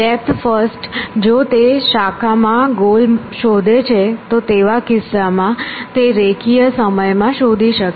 depth first જો તે જ શાખા માં ગોલ શોધે છે તો તેવા કિસ્સામાં તે રેખીય સમયમાં શોધી શકશે